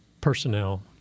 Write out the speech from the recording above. personnel